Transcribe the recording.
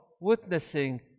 witnessing